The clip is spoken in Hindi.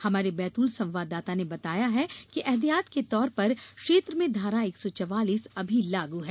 हमारे बैतूल संवाददाता ने बताया है कि ऐहतियात के तौर पर क्षेत्र में धारा एक सौ चवालीस अभी लागू है